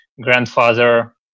grandfather